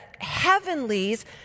heavenlies